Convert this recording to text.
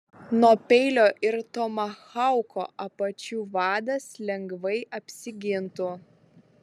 nuo peilio ir tomahauko apačių vadas lengvai apsigintų